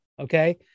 Okay